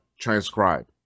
transcribe